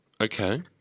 Okay